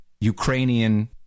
Ukrainian